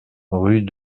rue